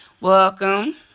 welcome